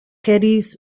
caddies